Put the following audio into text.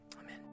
Amen